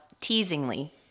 teasingly